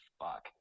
fuck